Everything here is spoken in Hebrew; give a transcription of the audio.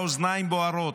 והאוזניים בוערות.